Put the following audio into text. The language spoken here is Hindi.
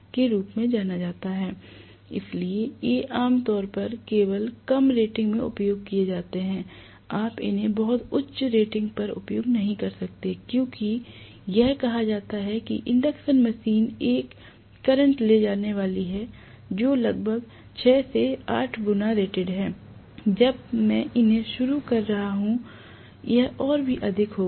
इसलिए ये आम तौर पर केवल कम रेटिंग में उपयोग किए जाते हैं आप इन्हें बहुत उच्च रेटिंग पर उपयोग नहीं कर सकते हैं क्योंकि यह कहा जाता है कि इंडक्शन मशीन एक करंट ले जाने वाली है जो लगभग 6 से 8 गुना रेटेड है जब मैं उन्हें शुरू कर रहा हूं यह और भी अधिक होगा